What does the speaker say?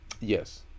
Yes